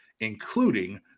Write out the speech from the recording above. including